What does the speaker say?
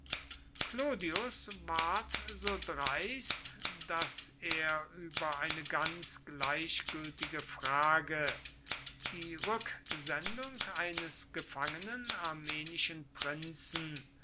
clodius ward so dreist daß er über eine ganz gleichgültige frage die rücksendung eines gefangenen armenischen prinzen